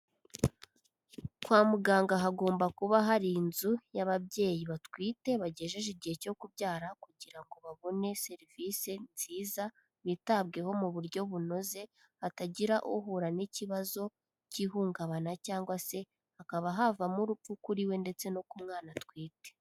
Kwa muganga hagomba kuba hari inzu y'ababyeyi batwite bagejeje igihe cyo kubyara kugira ngo babone serivisi nziza, bitabweho mu buryo bunoze, hatagira uhura n'ikibazo cy'ihungabana cyangwa se hakaba havamo urupfu kuri we ndetse no ku mwana atwite.